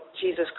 Jesus